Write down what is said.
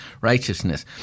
righteousness